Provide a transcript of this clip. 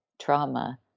trauma